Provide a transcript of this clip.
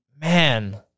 man